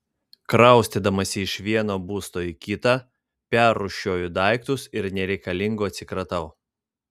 kraustydamasi iš vieno būsto į kitą perrūšiuoju daiktus ir nereikalingų atsikratau